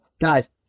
Guys